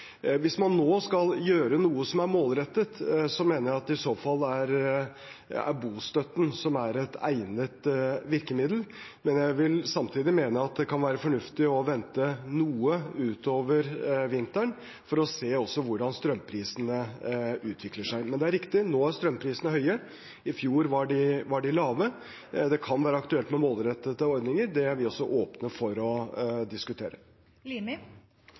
Hvis man nå skal gjøre noe som er målrettet, mener jeg at det i så fall er bostøtten som er et egnet virkemiddel. Men jeg vil samtidig mene at det kan være fornuftig å vente noe utover vinteren for også å se hvordan strømprisene utvikler seg. Men det er riktig – nå er strømprisene høye. I fjor var de lave. Det kan være aktuelt med målrettede ordninger. Det er vi også åpne for å